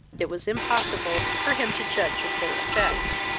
it was impossible for him to judge of their effect.